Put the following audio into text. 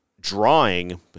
drawing